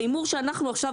ההימור שאנחנו עכשיו,